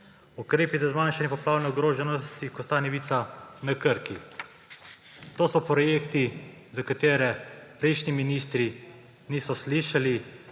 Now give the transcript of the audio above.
ukrepi za zmanjšanje poplavne ogroženosti, Kostanjevica na Krki. To so projekti, za katere prejšnji ministri niso slišali,